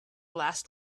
last